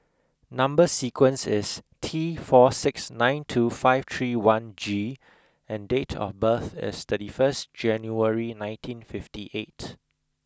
number sequence is T four six nine two five three one G and date of birth is thirty first January nineteen fifty eight